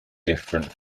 different